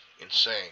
Insane